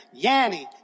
Yanny